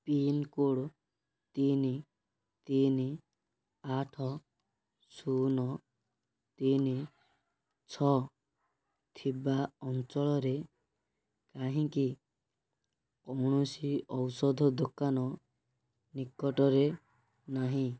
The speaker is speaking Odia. ପିନ୍କୋଡ଼୍ ତିନି ତିନିି ଆଠ ଶୂନ ତିନି ଛଅ ଥିବା ଅଞ୍ଚଳରେ କାହିଁକି କୌଣସି ଔଷଧ ଦୋକାନ ନିକଟରେ ନାହିଁ